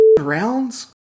rounds